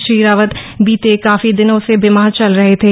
श्री रावत बीते काफी दिनों से बीमार चल रहे थे